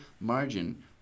margin